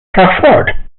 trafford